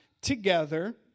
together